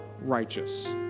righteous